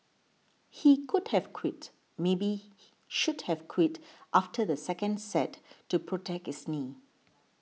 he could have quit maybe should have quit after the second set to protect his knee